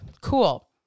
Cool